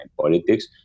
politics